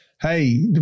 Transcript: hey